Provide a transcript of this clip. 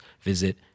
visit